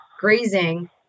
grazing